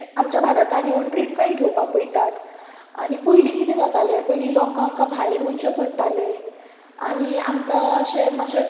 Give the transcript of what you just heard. आमच्या भारतान येवन ट्रिटमेंट घेवपा पळयतात आनी पयलीं कितें जातालें पयलीं लोकांका भायर वयचें पडटालें आनी आमकां अशें मातशें